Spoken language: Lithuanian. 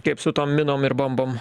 kaip su tom minom ir bombom